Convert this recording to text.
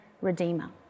redeemer